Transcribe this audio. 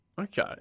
Okay